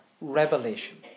Revelation